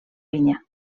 vinya